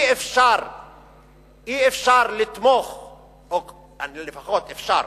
אי-אפשר לתמוך בחוק, אפשר בוודאי,